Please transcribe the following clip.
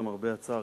למרבה הצער,